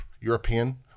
European